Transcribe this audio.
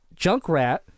Junkrat